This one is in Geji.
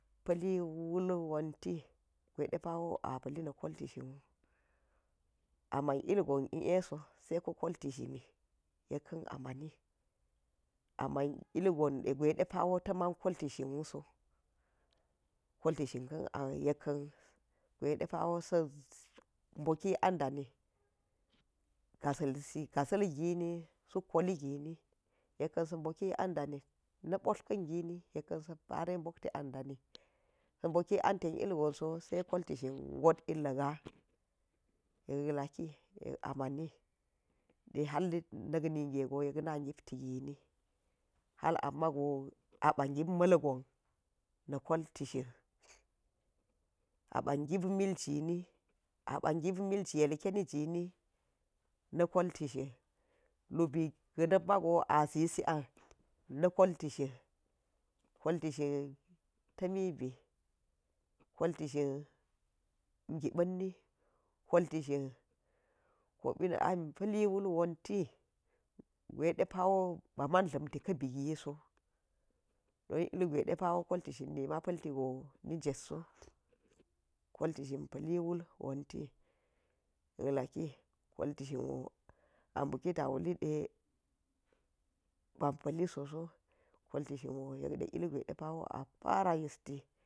Pa̱liwu wulwonti gwai ɗepa̱wo ba̱ pa̱li na̱ kolti shinwu, ama̱n ilgon i, a so salko kolti shinmi, yekka̱n a ma̱ni, ama̱n ilgon gwain depa̱ tama̱n kolti shinwuso, koltishin kan yekka̱n gwa̱i ɗepa̱wo sa̱ boki an ɗani, gasala ga̱sa̱lgini suk koli gini yekkan sa̱ boki an dani, na̱ blor kan gini yekka̱n sa̱ pa̱re bokti an ɗani sa̱ boki an ten ilgonso sai kolti shin wu, got nla̱ ga̱, yellaki, yek a ma̱nid har na̱kningego yekna gipti gini ha̱l amago, apa̱ gip ma̱lgon na̱ olti shini apa̱ gip miljini apa̱ gip milji yileni gini na̱ kolti shin, lubi ga̱na̱n ma̱ga̱ a̱ zasi a̱n na̱ kolti shin, kolti shin ta̱mi bi, kolti shin gipa̱nni kolkishin kpina̱ am pa̱li wul wont gwa̱iɗepa̱ wo ba̱ma̱n dla̱mti ka̱bi giso, wai ilgwa̱i ɗepa̱wo koltishin nima̱ pa̱lti ni jotso, kolti shin pa̱li klul wonti, yekla̱ki koltishin wo aboki ta̱ wulide ba̱ pa̱lli so so kolti shinwo yekɗe ilgwa̱i depa̱wo a pa̱ra̱ listi